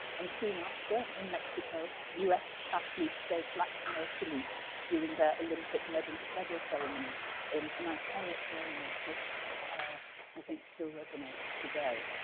and soon after, in mexico, us athletes gave black power salutes during olympic medal medal ceremonies in an iconic moment, which i think still resonates today.